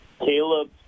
Caleb